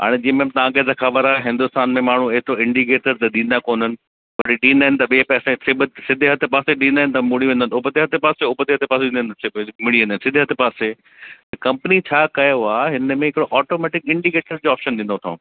हाणे जीअं तव्हांखे त ख़बर आहे हिंदुस्तान में माण्हू हेतिरो इंडिकेटर त ॾींदा कोन्हनि वरी ॾींदा आहिनि त ॿिए पासे सिबत सीधे हथु पासे ॾींदा आहिनि त मुड़ी वेंदा आहिनि उबते हथु पासो उबते हथु पासे में मुड़ी वेंदा आहिनि सीधे हथु पासे कंपनी छा कयो आहे हिन में हिकिड़ो ऑटोमेटिक इंडिकेटर जो ऑप्शन ॾिनो अथव